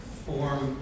form